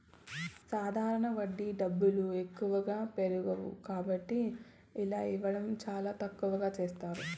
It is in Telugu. సాధారణ వడ్డీ డబ్బులు ఎక్కువగా పెరగవు కాబట్టి ఇలా ఇవ్వడం చాలా తక్కువగా చేస్తారు